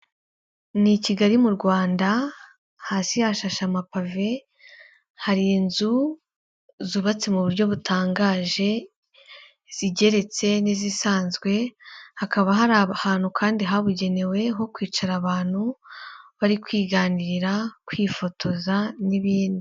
Ni i kigali mu Rwanda, hasi yashashe amapave, hari inzu zubatse mu buryo butangaje, izigeretse n'izisanzwe, hakaba hari ahantu kandi habugenewe ho kwicara abantu, bari kwiganirira, kwifotoza n'ibindi.